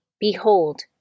Behold